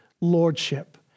lordship